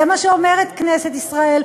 זה מה שאומרת כנסת ישראל,